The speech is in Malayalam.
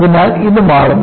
അതിനാൽ ഇത് മാറുന്നു